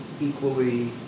equally